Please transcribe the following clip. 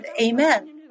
Amen